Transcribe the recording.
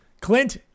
Clint